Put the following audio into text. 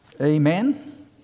Amen